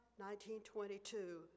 1922